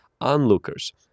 onlookers